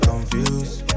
Confused